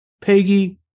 Peggy